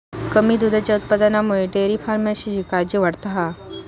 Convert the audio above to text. कमी दुधाच्या उत्पादनामुळे डेअरी फार्मिंगची काळजी वाढता हा